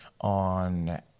on